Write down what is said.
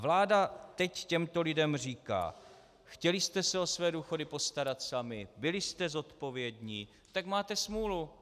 Vláda nyní těmto lidem říká: Chtěli jste se o své důchody postarat sami, byli jste zodpovědní, tak máte smůlu.